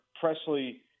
Presley